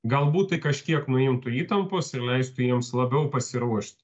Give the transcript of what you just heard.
galbūt tai kažkiek nuimtų įtampos ir leistų jiems labiau pasiruošti